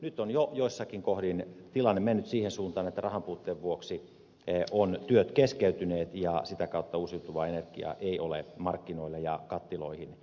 nyt on jo joissakin kohdin tilanne mennyt siihen suuntaan että rahanpuutteen vuoksi ovat työt keskeytyneet ja sitä kautta uusiutuvaa energiaa ei ole markkinoille ja kattiloihin tullut